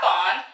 on